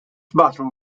battle